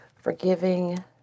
Forgiving